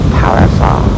powerful